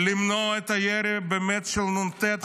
למנוע את הירי של נ"ט,